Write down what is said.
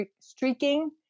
streaking